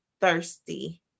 thirsty